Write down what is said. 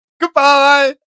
Goodbye